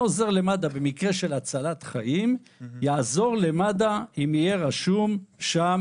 עוזר למד"א במקרה של הצלת חיים ויעזור למד"א אם יהיה רשום שם